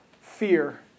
fear